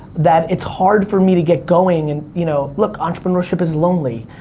that it's hard for me to get going, and, you know look, entrepreneurship is lonely.